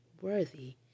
worthy